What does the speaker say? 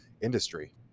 industry